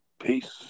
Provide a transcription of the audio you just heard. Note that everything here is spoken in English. Peace